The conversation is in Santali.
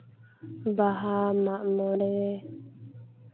ᱵᱟᱦᱟ ᱢᱟᱜ ᱢᱚᱬᱮ